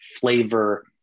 flavor